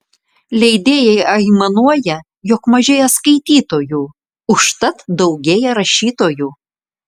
leidėjai aimanuoja jog mažėja skaitytojų užtat daugėja rašytojų